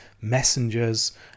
messengers